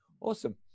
Awesome